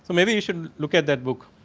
maybe it should look at that book.